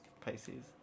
Pisces